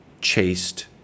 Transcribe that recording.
chaste